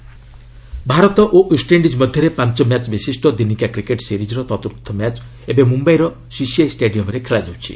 cricket Bharat ଓ ୱେଷ୍ଟ୍ରଣ୍ଣିକ୍ ମଧ୍ୟରେ ପାଞ୍ଚ ମ୍ୟାଚ୍ ବିଶିଷ୍ଟ ଦିନିକିଆ କ୍ରିକେଟ୍ ସିରିକ୍ର ଚତ୍ରୁର୍ଥ ମ୍ୟାଚ୍ ଏବେ ମୁମ୍ବାଇର ସିସିଆଇ ଷ୍ଟାଡିୟମ୍ରେ ଖେଳାଯାଉଛି